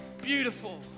Beautiful